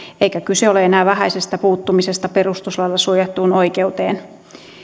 eikä kyse ole enää vähäisestä puuttumisesta perustuslailla suojattuun oikeuteen